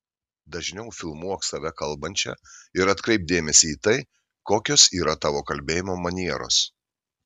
dažniau filmuok save kalbančią ir atkreipk dėmesį į tai kokios yra tavo kalbėjimo manieros